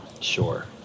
Sure